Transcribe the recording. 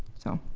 so.